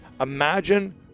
Imagine